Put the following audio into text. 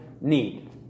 need